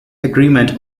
agreement